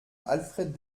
alfred